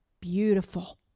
Beautiful